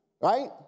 right